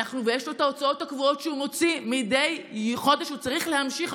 ויש לו את ההוצאות הקבועות שהוא מוציא: מדי חודש הוא צריך להמשיך,